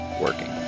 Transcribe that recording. working